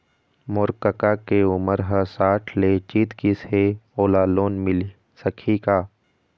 मोर कका के उमर ह साठ ले जीत गिस हे, ओला लोन मिल सकही का?